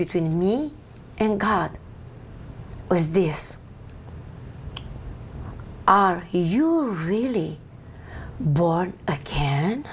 between me and god was this are you really born i can